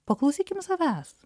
paklausykim savęs